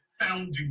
founding